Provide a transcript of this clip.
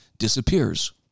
disappears